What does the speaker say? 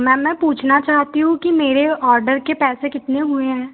ma'am मैं पूछना चाहती हूँ कि मेरे ऑडर के पैसे कितने हुए हैं